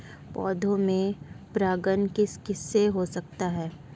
पौधों में परागण किस किससे हो सकता है?